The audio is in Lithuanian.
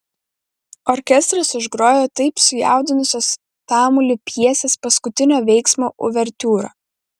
orkestras užgrojo taip sujaudinusios tamulį pjesės paskutinio veiksmo uvertiūrą